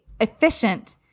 efficient